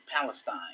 Palestine